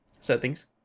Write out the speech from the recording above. settings